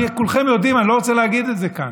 כולכם יודעים, אני לא רוצה להגיד את זה כאן.